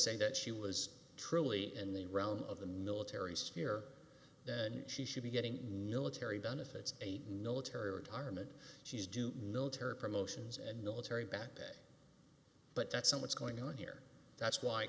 say that she was truly in the realm of the military severe that she should be getting nyla terry benefits a military retirement she's doing military promotions and military back pay but that's what's going on here that's why